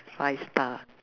five star